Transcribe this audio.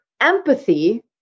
empathy